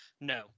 No